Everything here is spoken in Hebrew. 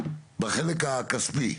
בחלק הכספי.